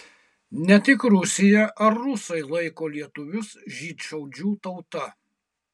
ne tik rusija ar rusai laiko lietuvius žydšaudžių tauta